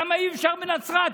למה אי-אפשר בנצרת?